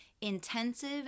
intensive